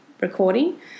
recording